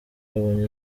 yabonye